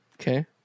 Okay